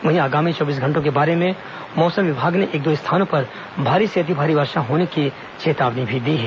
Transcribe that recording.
वहीं आगामी चौबीस घंटों के बारे में मौसम विभाग ने एक दो स्थानों पर भारी से अतिभारी वर्षा होने की चेतावनी भी दी है